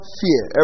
fear